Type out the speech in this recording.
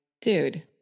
dude